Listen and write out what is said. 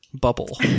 bubble